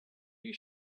you